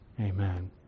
Amen